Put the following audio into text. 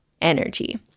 energy